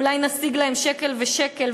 ואולי נשיג להם שקל ושקל,